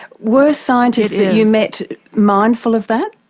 were scientists that you met mindful of that?